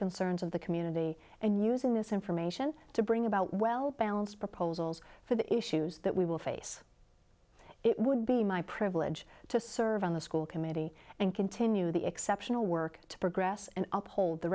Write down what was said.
concerns of the community and using this information to bring about well balanced proposals for the issues that we will face it would be my privilege to serve on the school committee and continue the exceptional work to progress and uphold the